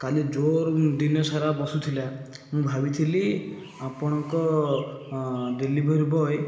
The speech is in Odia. କାଲି ଜୋର ଦିନ ସାରା ବସୁଥିଲା ମୁଁ ଭାବିଥିଲି ଆପଣଙ୍କ ଡେଲିଭରି ବୟ